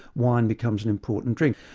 wine becomes an important drink,